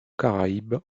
caraïbe